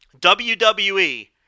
WWE